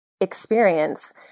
experience